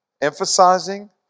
emphasizing